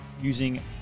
using